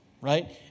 right